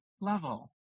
level